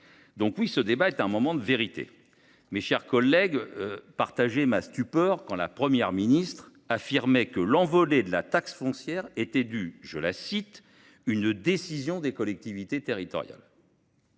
donc bel et bien un moment de vérité. Mes chers collègues, partagez ma stupeur à entendre la Première ministre affirmer que l’envolée de la taxe foncière serait due à « une décision des collectivités territoriales ».